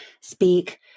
speak